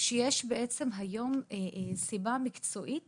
שהיום יש סיבה מקצועית